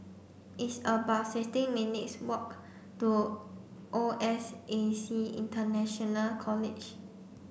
it's about sixteen minutes' walk to O S A C International College